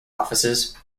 offices